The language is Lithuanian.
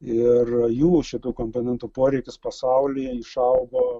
ir jų šitų komponentų poreikis pasaulyje išaugo